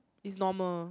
is normal